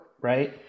right